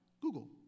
Google